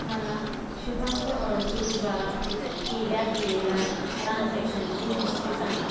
मला शुभंकर अडसूळद्वारा केल्या गेलेल्या ट्रान्झॅक्शनची हिस्ट्री सांगा